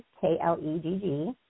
K-L-E-G-G